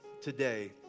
today